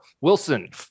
Wilson